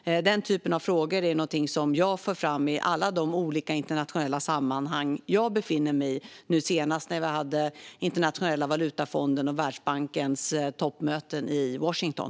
Den typen av frågor för jag fram i alla de olika internationella sammanhang som jag befinner mig i. Senast var vid Internationella valutafondens och Världsbankens toppmöten i Washington.